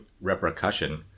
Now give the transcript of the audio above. repercussion